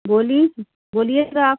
बोली बोलिएगा